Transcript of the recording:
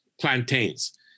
plantains